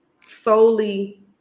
solely